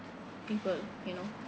people you know